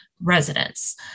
residents